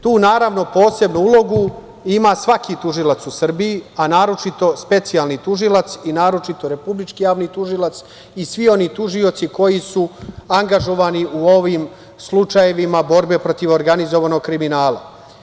Tu, naravno, posebnu ulogu ima svaki tužilac u Srbiji, a naročito specijalni tužilac i naročito Republički javni tužilac i svi oni tužioci koji su angažovani u ovim slučajevima borbe protiv organizovanog kriminala.